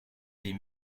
des